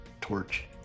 torch